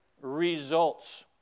results